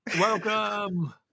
Welcome